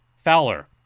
Fowler